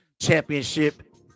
Championship